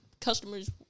customers